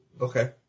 Okay